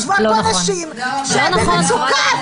יושבות פה נשים שהן במצוקה,